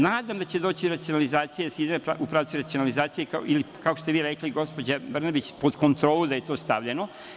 Nadam se da će doći racionalizacija, da se ide u pravcu racionalizacije ili, kako ste vi rekli, gospođo Brnabić, pod kontrolu da je to stavljeno.